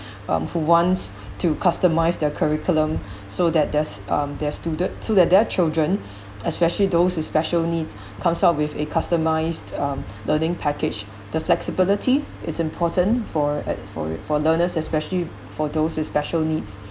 um who wants to customise their curriculum so that theirs um their student so that their their children especially those with special needs comes out with a customised um learning package the flexibility is important for uh for for learners especially for those with special needs